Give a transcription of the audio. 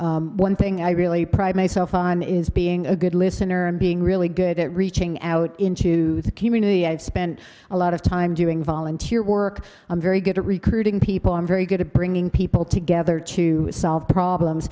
and one thing i really pride myself on is being a good listener and being really good at reaching out into the community i've spent a lot of time doing volunteer work i'm very good at recruiting people i'm very good at bringing people together to solve problems